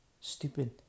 Stupid